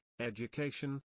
education